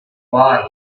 bar